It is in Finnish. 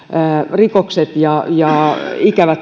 rikoksia ja ikäviä